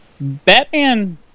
Batman